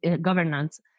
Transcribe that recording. governance